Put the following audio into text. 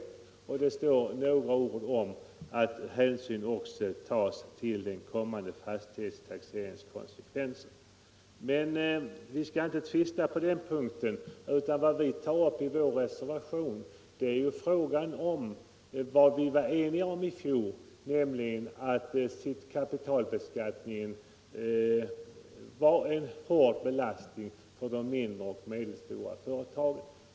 Det stod i motiveringen några få ord om att hänsyn även togs till den kommande fastighetstaxeringens konsekvenser. Vi skall inte tvista vidare på den punkten. Vad vi tar upp i vår reservation är att — och det var vi eniga om i fjol — kapitalbeskattningen utgör en hård belastning för de mindre och medelstora företagen.